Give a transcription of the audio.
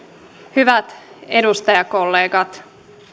hyvät edustajakollegat